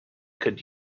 could